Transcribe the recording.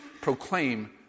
proclaim